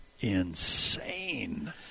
insane